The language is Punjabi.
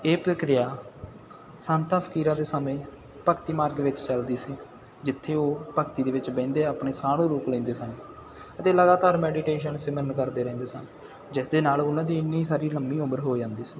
ਇਹ ਪ੍ਰਕਿਰਿਆ ਸੰਤਾਂ ਫਕੀਰਾਂ ਦੇ ਸਮੇਂ ਭਗਤੀ ਮਾਰਗ ਵਿੱਚ ਚਲਦੀ ਸੀ ਜਿੱਥੇ ਉਹ ਭਗਤੀ ਦੇ ਵਿੱਚ ਬਹਿੰਦੇ ਆਪਣੇ ਸਾਹ ਨੂੰ ਰੋਕ ਲੈਂਦੇ ਸਨ ਅਤੇ ਲਗਾਤਾਰ ਮੈਡੀਟੇਸ਼ਨ ਸਿਮਰਨ ਕਰਦੇ ਰਹਿੰਦੇ ਸਨ ਜਿਸ ਦੇ ਨਾਲ ਉਹਨਾਂ ਦੀ ਇੰਨੀ ਸਾਰੀ ਲੰਬੀ ਉਮਰ ਹੋ ਜਾਂਦੀ ਸੀ